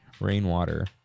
Rainwater